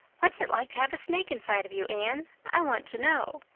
whats it like to have a snake inside of you, anne. i want to know.